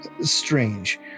strange